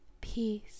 peace